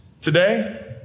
today